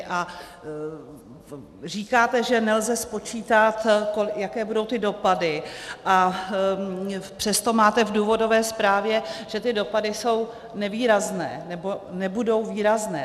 A říkáte, že nelze spočítat, jaké budou ty dopady, a přesto máte v důvodové zprávě, že ty dopady jsou nevýrazné, nebo nebudou výrazné.